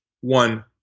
one